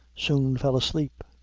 soon fell asleep.